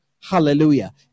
Hallelujah